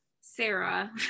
Sarah